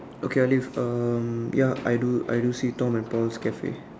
okay Alif um ya I do I do see Tom and Paul's Cafe